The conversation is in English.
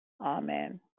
Amen